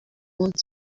want